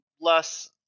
less